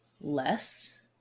less